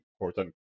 important